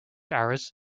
hours